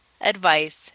advice